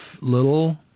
little